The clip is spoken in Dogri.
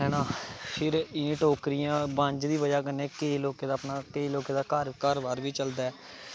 एह् टोकरियां हैना एह् बंज दी बज़ाह् कन्नै केईं लोकें दा घर बाह्र बी चलदा ऐ